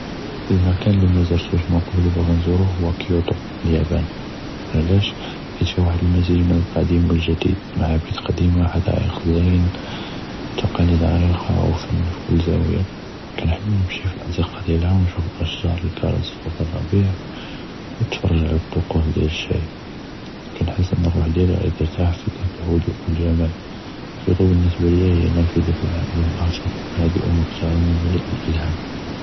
אלמָכּאן אללי מַזַּרְתּוּש מן קַבְּל ו לי בַּאגִי נַזּוּרו הוּוּ קִיוֹטוּ פִי אליַאפָאנ, עלאשו? חית פִיה וחד אלמֻזִ' יִדל אלקדִים ו אלג'דִיד, מַע בית קדִימָה ו חדָא'יק זַהִיֵין, תַקַלִיד עֻרִיקָה ו פַן פִי כּל זַאוּיה, כִּנחַלֵם נִמְשִי פִלזַ'רְקּה דִיאלהָ ו נִשּׁוּף אִסְחָאר דִיאל אלכֶּרְז פִי אלרַבִּיע, קִיוֹטוּ בִּנְסְבּה ליָא הִיא נַפְדֶּזֶה לְעוָאלם אַחֶר חָדֵءה ו מֻחְתַרָמָה ו מְלִיאֶה.